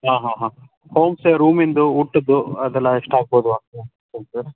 ಹಾಂ ಹಾಂ ಹಾಂ ಹೋಂ ಸ್ಟೇ ರೂಮಿನದು ಊಟದ್ದು ಅದೆಲ್ಲ ಎಷ್ಟು ಆಗ್ಬೋದು ಅಂತ ಸ್ವಲ್ಪ ಹೇಳ್ತೀರಾ